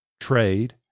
trade